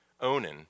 Onan